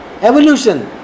evolution